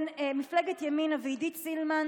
זו הפגנה חוקית, סליחה.